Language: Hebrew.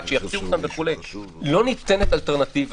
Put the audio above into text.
לא ניתנת אלטרנטיבה.